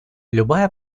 любая